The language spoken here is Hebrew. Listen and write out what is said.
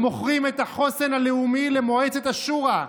הם מוכרים את החוסן הלאומי למועצת השורא,